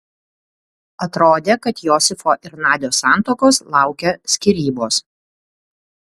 atrodė kad josifo ir nadios santuokos laukia skyrybos